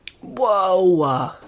Whoa